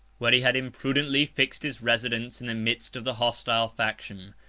where he had imprudently fixed his residence in the midst of the hostile faction.